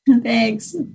Thanks